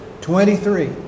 Twenty-three